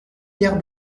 pierre